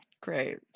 great